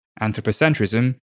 anthropocentrism